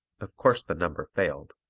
of course the number failed.